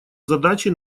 задачи